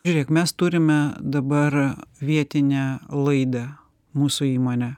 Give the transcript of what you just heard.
žiūrėk mes turime dabar vietinę laidą mūsų įmonę